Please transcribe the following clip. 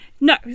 No